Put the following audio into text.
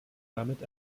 damit